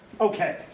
Okay